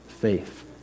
faith